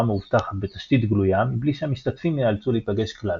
מאובטחת בתשתית גלויה מבלי שהמשתתפים יאלצו להיפגש כלל.